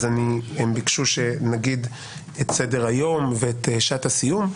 הם ביקשו שנגיד את סדר-היום ואת שעת הסיום,